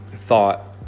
thought